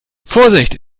vorsichtig